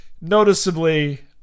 noticeably